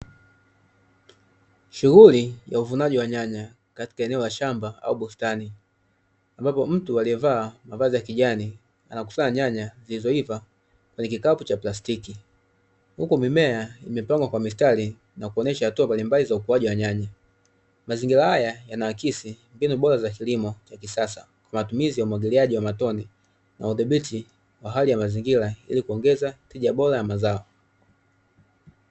Shughuli ya uvunaji wa nyanya katika eneo la shamba au bustani, ambapo mtu aliyevaa mavazi yakijani anakusanya nyanya, zilizoiva kwenye kikapu cha plastiki, huku mimea imepangwa Kwa mstari na kuonyesha hatua mbalimbali za ukuwaji wa nyanya. Mazingira haya yanaakisi mbinu bora za kilimo cha kisasa Kwa matumizi ya umwagiliaji wa matone na udhibiti wa hali ya mazingira, ili kuongeza tija mpya ya mazao.